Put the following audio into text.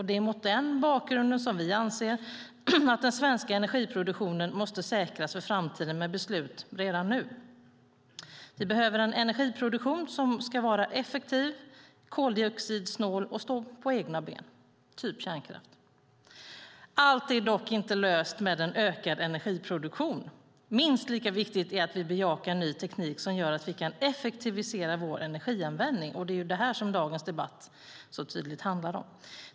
Det är mot denna bakgrund som vi anser att den svenska energiproduktionen måste säkras för framtiden med beslut redan nu. Vi behöver en energiproduktion som ska vara effektiv och koldioxidsnål och stå på egna ben - typ kärnkraft. Allt är dock inte löst med en ökad energiproduktion. Minst lika viktigt är att vi bejakar ny teknik som gör att vi kan effektivisera vår energianvändning. Det är detta som dagens debatt så tydligt handlar om.